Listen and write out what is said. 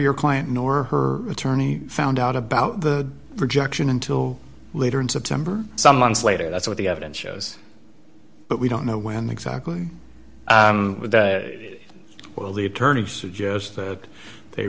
your client nor her attorney found out about the rejection until later in september some months later that's what the evidence shows but we don't know when exactly will the attorney suggest that they